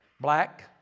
Black